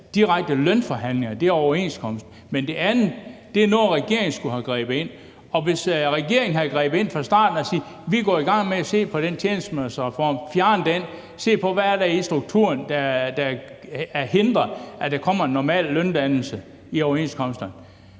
direkte lønforhandling er overenskomst, men det andet er noget, hvor regeringen skulle have grebet ind, og hvis regeringen havde grebet ind fra starten af og havde sagt, at vi går i gang med at se på den tjenestemandsreform, fjerne den, og se på, hvad der er i strukturen, der hindrer, at der kommer en normal løndannelse i overenskomsterne,